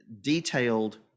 detailed